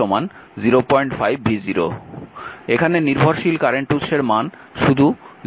এখানে নির্ভরশীল কারেন্ট উৎসের মান শুধু 05v0 দেখানো হয়েছে